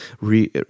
re